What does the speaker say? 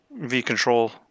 V-Control